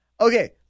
Okay